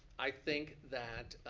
i think that,